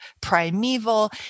primeval